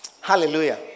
Hallelujah